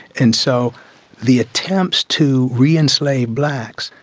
and so the attempts to re-enslave blacks,